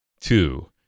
two